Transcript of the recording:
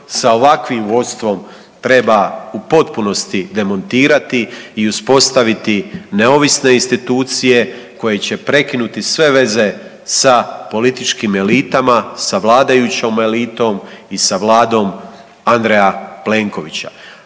sa ovakvim vodstvom treba u potpunosti demontirati i uspostaviti neovisne institucije koje će prekinuti sve veze sa političkim elitama, sa vladajućom elitom i sa Vladom Andreja Plenkovića.